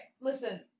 Listen